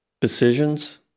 decisions